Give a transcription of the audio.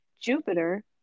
Jupiter